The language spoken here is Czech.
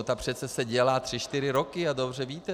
Ta přece se dělá tři čtyři roky, jak dobře víte.